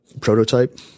prototype